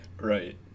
Right